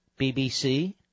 BBC